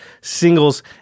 singles